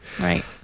Right